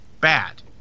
bad